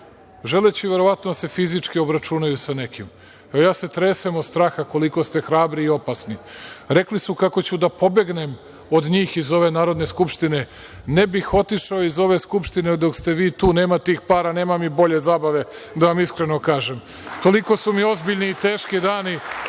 želeći verovatno da se fizički obračunaju sa nekim. Evo, ja se tresem od straha koliko ste hrabri i opasni. Rekli su kako ću da pobegnem od njih iz ove Narodne skupštine. Ne bih otišao iz ove Skupštine dok ste vi tu, nema tih para, nema mi bolje zabave, da vam iskreno kažem. Toliko su mi ozbiljni i teški dani